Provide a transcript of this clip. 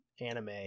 anime